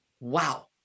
wow